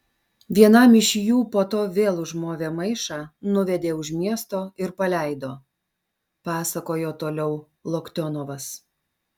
vienam iš jų po to vėl užmovė maišą nuvedė už miesto ir paleido pasakojo toliau loktionovas